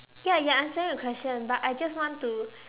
ya I understand the question but I just want to